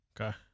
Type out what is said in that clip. Okay